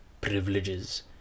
privileges